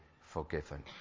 forgiven